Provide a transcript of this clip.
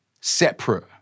separate